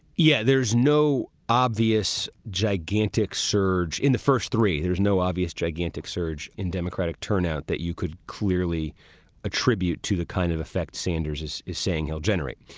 yeah. there's no obvious gigantic surge in the first three. there's no obvious gigantic surge in democratic turnout that you could clearly attribute to the kind of effect sanders is is saying he'll generate.